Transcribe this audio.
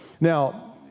Now